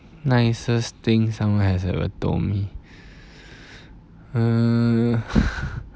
nicest thing someone has ever told me err